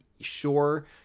sure